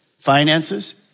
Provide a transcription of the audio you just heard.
finances